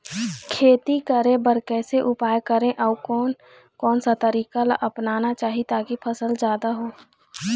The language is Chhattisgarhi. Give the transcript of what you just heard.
खेती करें बर कैसे उपाय करें अउ कोन कौन सा तरीका ला अपनाना चाही ताकि फसल जादा हो?